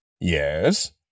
Yes